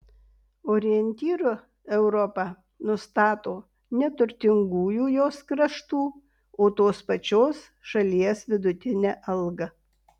orientyru europa nustato ne turtingųjų jos kraštų o tos pačios šalies vidutinę algą